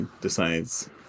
decides